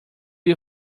you